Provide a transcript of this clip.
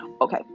okay